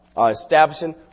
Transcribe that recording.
establishing